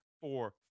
four